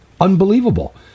unbelievable